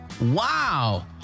wow